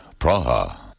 Praha